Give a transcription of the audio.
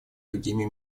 другими